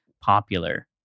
popular